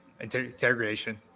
integration